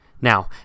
Now